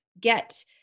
get